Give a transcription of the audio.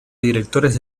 directores